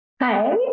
Hi